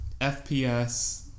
FPS